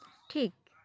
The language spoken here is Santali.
ᱴᱷᱤᱠ